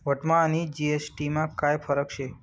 व्हॅटमा आणि जी.एस.टी मा काय फरक शे?